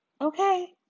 Okay